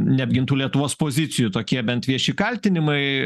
neapgintų lietuvos pozicijų tokie bent vieši kaltinimai